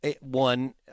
One